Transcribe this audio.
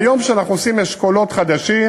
היום, כשאנחנו עושים אשכולות חדשים,